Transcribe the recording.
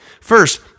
First